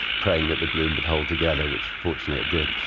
praying that the balloon would hold together, which, fortunately, it did.